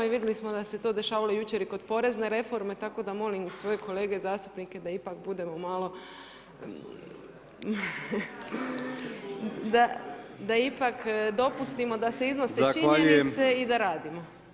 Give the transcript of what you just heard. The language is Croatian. I vidjeli smo da se to dešavalo jučer i kod porezne reforme, tako da molim, svoje kolege zastupnike da ipak budemo malo … [[Upadica se ne čuje.]] da ipak dopustimo da se iznose činjenice i da radimo.